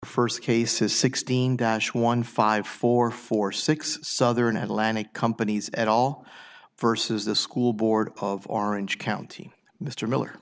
first cases sixteen dash one five four four six southern atlantic companies at all versus the school board of orange county mr miller